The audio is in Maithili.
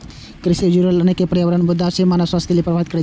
कृषि सं जुड़ल अनेक पर्यावरणीय मुद्दा मानव स्वास्थ्य कें प्रभावित करै छै